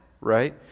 Right